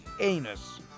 anus